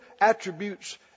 attributes